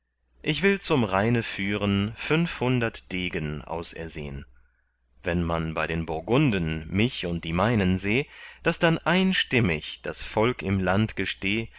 ich will zum rheine führen fünfhundert degen ausersehn wenn man bei den burgunden mich und die meinen seh daß dann einstimmig das volk im land gesteh